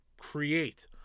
create